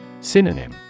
Synonym